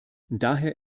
daher